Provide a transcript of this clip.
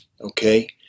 okay